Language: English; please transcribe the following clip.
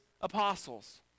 apostles